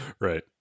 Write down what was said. Right